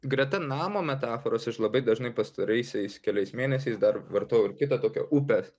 greta namo metaforos aš labai dažnai pastaraisiais keliais mėnesiais dar vartojau ir kitą tokią upės